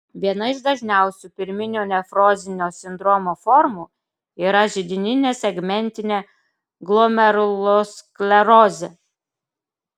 viena iš dažniausių pirminio nefrozinio sindromo formų yra židininė segmentinė glomerulosklerozė